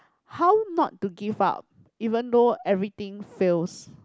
how not to give up even though everything fails